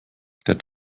der